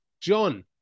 John